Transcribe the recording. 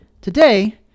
Today